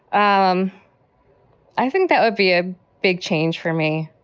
um i think that would be a big change for me.